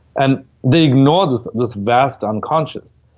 and they ignore this this vast unconscious.